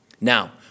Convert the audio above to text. Now